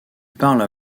parlent